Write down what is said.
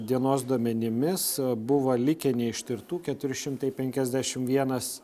dienos duomenimis buvo likę neištirtų keturi šimtai penkiasdešim vienas